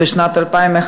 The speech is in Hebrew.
בשנת 2011,